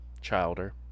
childer